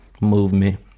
movement